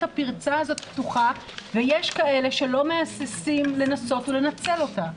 הפרצה הזאת פתוחה ויש כאלה שלא מהססים לנסות ולנצל אותה.